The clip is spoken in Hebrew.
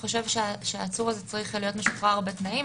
שהעצור הזה צריך להיות משוחרר בתנאים,